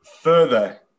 further